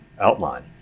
outline